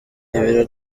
ibiro